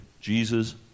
Jesus